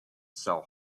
sell